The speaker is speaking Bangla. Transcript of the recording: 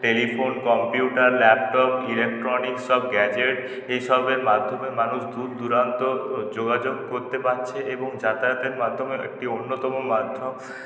টেলিফোন কম্পিউটার ল্যাপটপ ইলেকট্রনিক্স সব গ্যাজেট এই সবের মাধ্যমে মানুষ দূর দূরান্ত যোগাযোগ করতে পারছে এবং যাতায়াতের মাধ্যমে একটি অন্যতম মাধ্যম